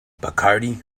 bacardi